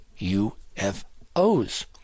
UFOs